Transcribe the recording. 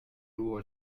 duo